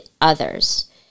others